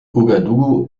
ouagadougou